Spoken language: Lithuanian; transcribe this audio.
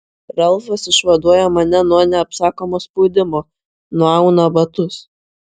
ralfas išvaduoja mane nuo neapsakomo spaudimo nuauna batus